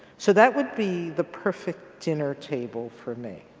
so that would be the perfect dinner table for me.